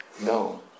No